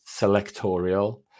selectorial